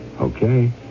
Okay